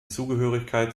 zugehörigkeit